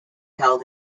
held